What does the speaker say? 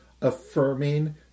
affirming